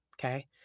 Okay